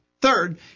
Third